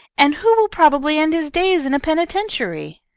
and who will probably end his days in a penitentiary.